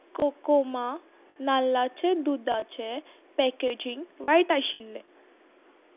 कोकोमा नाल्लाचे दुदाचें पॅकेजींग वायट आशिल्लें